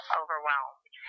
overwhelmed